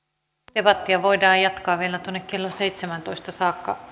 debattia voidaan jatkaa vielä kello seitsemääntoista saakka